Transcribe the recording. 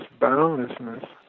boundlessness